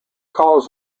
calls